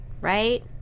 right